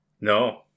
No